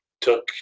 took